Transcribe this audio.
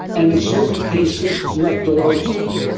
and in certain cases, rectal ozone,